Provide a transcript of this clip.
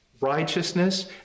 Righteousness